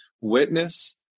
witness